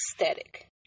aesthetic